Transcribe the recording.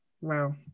Wow